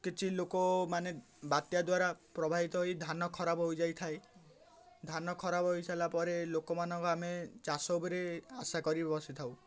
କିଛି ଲୋକମାନେ ବାତ୍ୟା ଦ୍ୱାରା ପ୍ରଭାହିତ ହୋଇ ଧାନ ଖରାପ ହୋଇଯାଇଥାଏ ଧାନ ଖରାପ ହୋଇସାରିଲା ପରେ ଲୋକମାନଙ୍କ ଆମେ ଚାଷ ଉପରେ ଆଶା କରିି ବସିଥାଉ